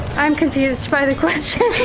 i'm confused by the question.